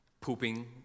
pooping